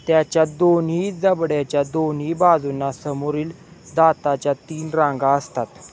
त्याच्या दोन्ही जबड्याच्या दोन्ही बाजूंना समोरील दाताच्या तीन रांगा असतात